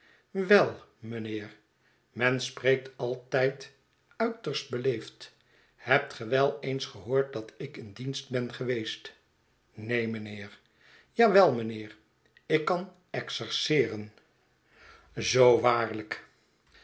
wei mijnheer men spreekt altijd uiterst beleefd hebt ge wel eens gehoord dat ik in dienst ben geweest neen mijnheerl ja wel mijnheer ik kan excerceeren zoo waarlijk